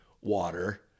water